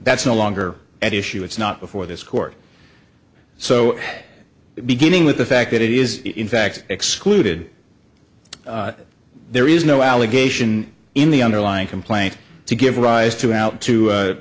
that's no longer at issue it's not before this court so beginning with the fact that it is in fact excluded there is no allegation in the underlying complaint to give rise to out to